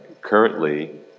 Currently